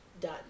done